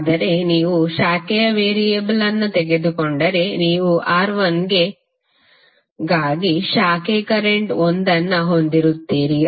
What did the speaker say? ಆದರೆ ನೀವು ಶಾಖೆಯ ವೇರಿಯೇಬಲ್ ಅನ್ನು ತೆಗೆದುಕೊಂಡರೆ ನೀವು R1 ಗಾಗಿ ಶಾಖೆ ಕರೆಂಟ್ 1 ಅನ್ನು ಹೊಂದಿರುತ್ತೀರಿ